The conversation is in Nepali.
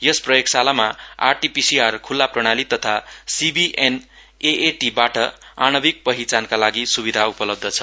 यस प्रयोगशालामा आरटीपीसीआर खुल्ला प्रणाली तथा सीबीएनएएटी बाट आणविक पहिचानका लागि सुविधा उपलब्ध छ